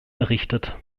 errichtet